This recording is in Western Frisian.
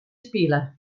spile